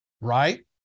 Right